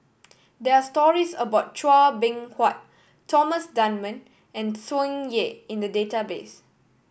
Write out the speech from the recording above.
there are stories about Chua Beng Huat Thomas Dunman and Tsung Yeh in the database